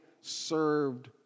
served